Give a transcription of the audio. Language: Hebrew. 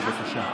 בבקשה.